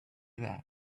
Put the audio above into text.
that